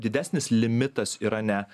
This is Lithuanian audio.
didesnis limitas yra ne